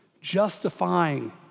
justifying